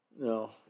No